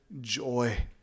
joy